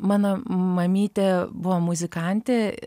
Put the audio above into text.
mano mamytė buvo muzikantė